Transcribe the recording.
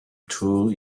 too